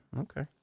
Okay